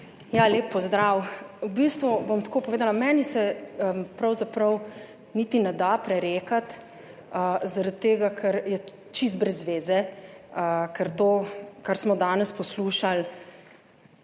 Lep pozdrav. V bistvu bom tako povedala, meni se pravzaprav niti ne da prerekati zaradi tega, ker je čisto brez veze, ker to, kar smo danes poslušali,